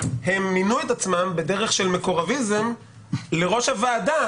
הם מינו את עצמם בדרך של מקורבים לראש הוועדה